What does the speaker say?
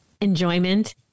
enjoyment